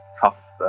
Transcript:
tough